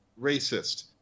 racist